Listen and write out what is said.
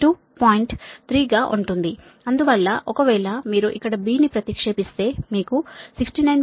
3 గా ఉంటుంది అందువల్ల ఒకవేళ మీరు ఇక్కడ B ని ప్రతిక్షేపిస్తే మీకు 69